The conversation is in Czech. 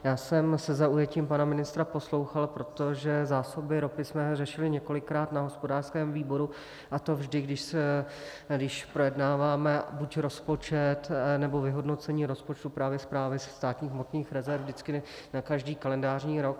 Já jsem se zaujetím pana ministra poslouchal, protože zásoby ropy jsme řešili několikrát na hospodářském výboru, a to vždy, když projednáváme buď rozpočet, nebo vyhodnocení rozpočtu právě Správy státních hmotných rezerv vždycky na každý kalendářní rok.